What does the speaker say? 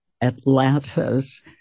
Atlanta's